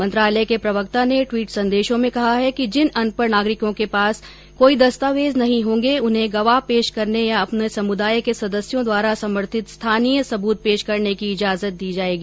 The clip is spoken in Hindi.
मंत्रालय के प्रवक्ता ने ट्वीट संदेशों में कहा है कि जिन अनपढ़ नागरिकों के पास कोई दस्तावेज नहीं होंगे उन्हें गवाह पेश करने या अपने समुदाय के सदस्यों द्वारा समर्थित स्थानीय सबूत पेश करने की इजाजत दी जाएगी